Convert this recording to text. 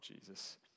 Jesus